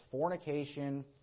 fornication